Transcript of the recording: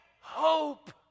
hope